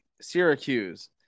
Syracuse